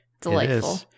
Delightful